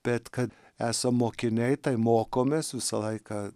bet kad esam mokiniai tai mokomės visą laiką